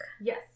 Yes